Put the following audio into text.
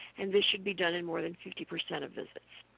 and this should be done in more than fifty percent of visits.